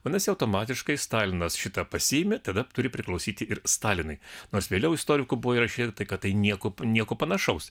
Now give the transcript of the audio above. vadinasi automatiškai stalinas šitą pasiėmė tada turi priklausyti ir stalinui nors vėliau istorikų buvo rašyta kad tai nieko nieko panašaus